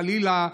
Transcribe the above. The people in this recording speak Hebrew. חלילה,